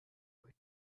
what